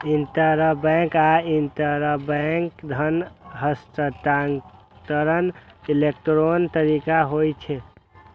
interbank आ intrabank धन हस्तांतरण इलेक्ट्रॉनिक तरीका होइ छै